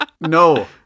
No